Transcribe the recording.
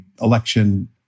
election